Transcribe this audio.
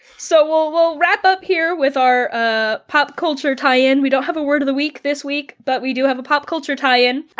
so we'll we'll wrap up here with our ah pop culture tie-in. we don't have a word of the week this week, but we do have a pop culture tie-in.